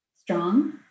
strong